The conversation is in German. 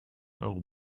euro